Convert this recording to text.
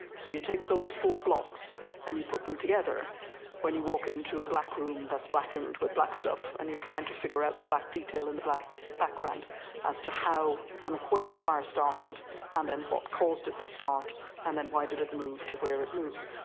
so you take those four blocks and you put them together when you walk into a black room that is blackened with black stuff and you're trying to figure out the black detail in the black background as to how and where the fire started and then what caused it to start and then why did it move to where it moves.